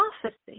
prophecy